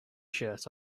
shirt